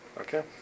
Okay